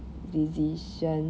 decision